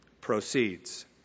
proceeds